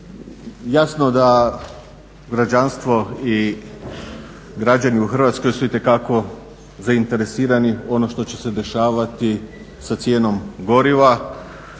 Jasno da građanstvo i građani u Hrvatskoj su itekako zainteresirani ono što će se dešavati sa cijenom goriva,